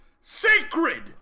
sacred